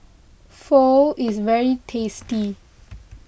Pho is very tasty